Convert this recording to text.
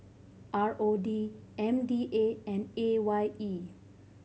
R O D M D A and A Y E